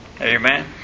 Amen